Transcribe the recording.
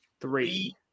three